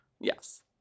Yes